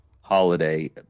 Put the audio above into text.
holiday